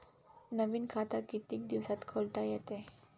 नवीन खात कितीक दिसात खोलता येते?